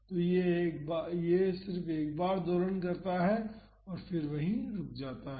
तो यह सिर्फ एक बार दोलन करता है और वहीं रुक जाता है